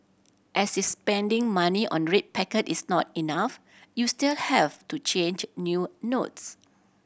as is spending money on red packet is not enough you still have to change new notes